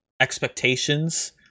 expectations